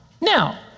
Now